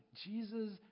Jesus